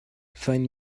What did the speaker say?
find